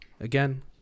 again